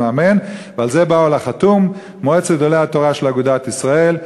אמן." ועל זה באו על החתום מועצת גדולי התורה של אגודת ישראל,